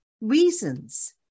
reasons